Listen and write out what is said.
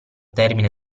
termine